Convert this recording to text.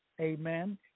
Amen